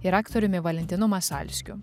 ir aktoriumi valentinu masalskiu